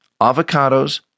Avocados